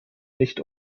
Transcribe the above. nicht